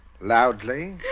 Loudly